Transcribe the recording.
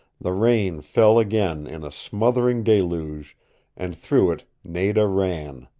the rain fell again in a smothering deluge, and through it nada ran,